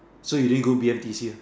so you didn't go B_M_T_C uh